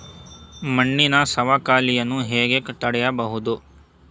ಮಣ್ಣಿನ ಸವಕಳಿಯನ್ನು ಹೇಗೆ ತಡೆಯಬಹುದು?